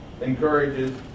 encourages